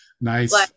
Nice